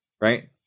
Right